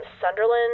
Sunderland